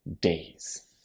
days